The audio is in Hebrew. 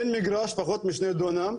אין מגרש פחות משני דונם,